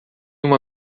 uma